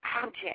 object